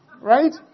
right